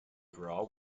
gras